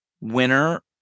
winner